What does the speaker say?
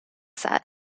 set